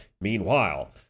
Meanwhile